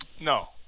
No